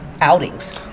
outings